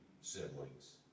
siblings